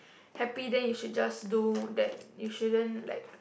happy then you should just do that you shouldn't like